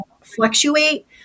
fluctuate